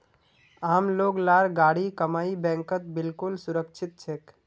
आम लोग लार गाढ़ी कमाई बैंकत बिल्कुल सुरक्षित छेक